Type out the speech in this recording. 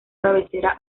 cabecera